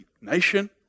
nation